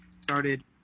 started